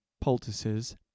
poultices